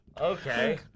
Okay